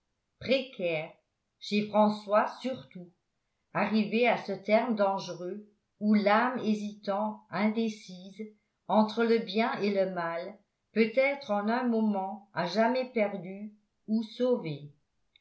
précaires chez françois surtout arrivé à ce terme dangereux où l'âme hésitant indécise entre le bien et le mal peut être en un moment à jamais perdue ou sauvée